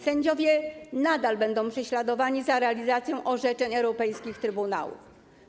Sędziowie nadal będą prześladowani za realizację orzeczeń europejskich trybunałów.